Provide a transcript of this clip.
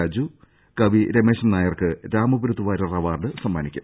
രാജു കവി രമേ ശൻ നായർക്ക് രാമപുരത്ത് വാര്യർ അവാർഡ് സമ്മാനി ക്കും